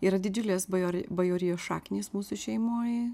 yra didžiulės bajor bajorijos šaknys mūsų šeimoj